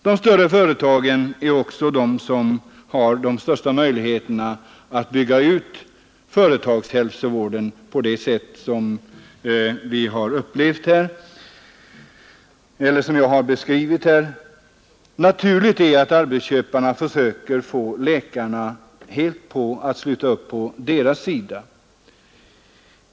De större företagen har också de största möjligheterna att bygga ut företagshälsovården på det sätt som jag här har beskrivit. Naturligt är att arbetsköparna försöker få läkarna att helt sluta upp på sin sida.